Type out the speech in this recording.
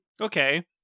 okay